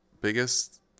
biggest